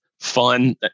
fun